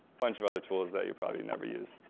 bunch of other tools that you'll probably never use,